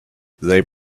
they